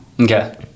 Okay